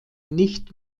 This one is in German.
nicht